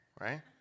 right